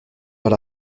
vers